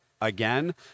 again